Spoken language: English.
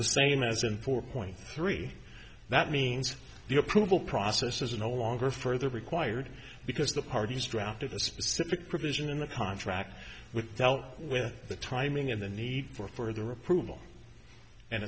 the same as in four point three that means the approval process is no longer further required because the parties drafted a specific provision in the contract with dell with the timing of the need for further approval and